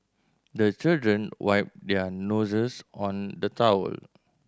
the children wipe their noses on the towel